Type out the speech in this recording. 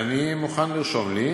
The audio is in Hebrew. אני מוכן לרשום לי: